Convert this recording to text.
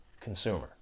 consumer